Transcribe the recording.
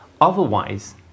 Otherwise